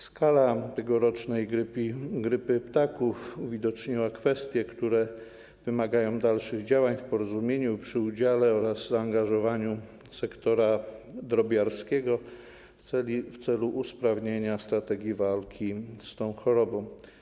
Skala tegorocznej grypy ptaków uwidoczniła kwestie, które wymagają dalszych działań w porozumieniu i przy udziale oraz zaangażowaniu sektora drobiarskiego w celu usprawnienia strategii walki z tą chorobą.